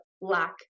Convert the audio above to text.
lack